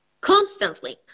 Constantly